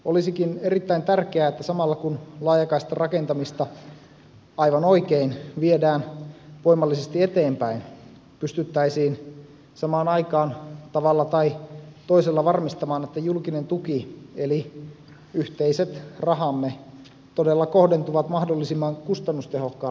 olisikin erittäin tärkeää että samalla kun laajakaistan rakentamista aivan oikein viedään voimallisesti eteenpäin pystyttäisiin samaan aikaan tavalla tai toisella varmistamaan että julkinen tuki eli yhteiset rahamme todella kohdentuu mahdollisimman kustannustehokkaalla tavalla